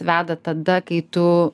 veda tada kai tu